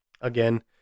again